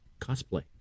cosplay